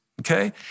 okay